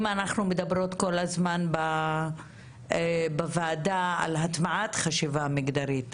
אם אנחנו מדברות כל הזמן בוועדה על הטמעת חשיבה מגדרית,